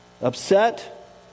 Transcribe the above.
Upset